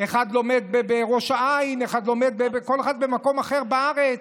אחד לומד בראש העין, כל אחד לומד במקום אחר בארץ,